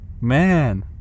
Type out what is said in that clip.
man